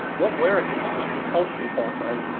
what we're against is compulsory fifo.